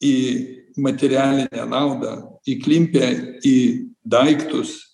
į materialinę naudą įklimpę į daiktus